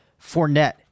Fournette